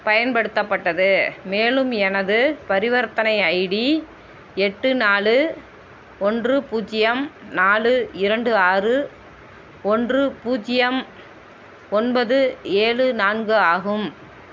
பயன்படுத்தப்பட்டது மேலும் எனது பரிவர்த்தனை ஐடி எட்டு நாலு ஒன்று பூஜ்ஜியம் நாலு இரண்டு ஆறு ஒன்று பூஜ்ஜியம் ஒன்பது ஏழு நான்கு ஆகும்